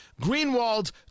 Greenwald